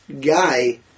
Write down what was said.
guy